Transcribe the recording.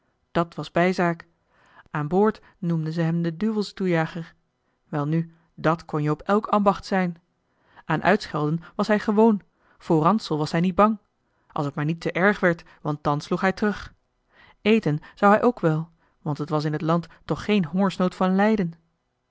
dat was bijzaak aan boord noemden ze hem den duvelstoejager welnu dàt kon je op elk ambacht zijn aan uitschelden was hij gewoon voor ransel was hij niet bang als t maar niet te erg werd want dan sloeg hij terug eten zou hij ook wel want t was in het land toch geen hongersnood van leiden